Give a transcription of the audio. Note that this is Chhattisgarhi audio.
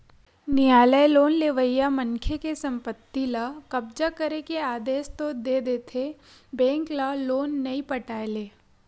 नियालय लोन लेवइया मनखे के संपत्ति ल कब्जा करे के आदेस तो दे देथे बेंक ल लोन नइ पटाय ले